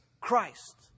Christ